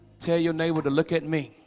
tell your neighbor to look at me